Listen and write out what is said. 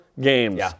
games